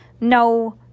No